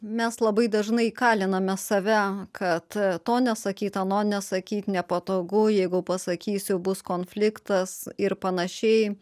mes labai dažnai įkaliname save kad to nesakyt ano nesakyt nepatogu jeigu pasakysiu bus konfliktas ir panašiai